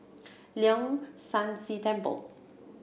Leong San See Temple